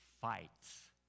Fights